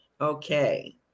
Okay